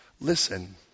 Listen